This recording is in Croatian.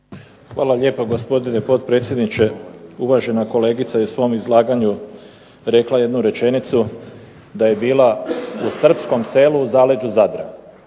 Hvala lijepo, gospodine potpredsjedniče. Uvažena kolegica je u svom izlaganju rekla jednu rečenicu, da je bila u srpskom selu u zaleđu Zadra.